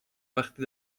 وقتی